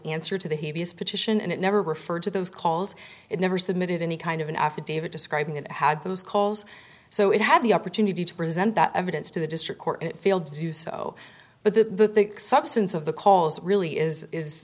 answer to the heaviest petition and it never referred to those calls it never submitted any kind of an affidavit describing it had those calls so it had the opportunity to present that evidence to the district court it failed to do so but the substance of the calls really is is